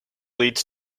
leads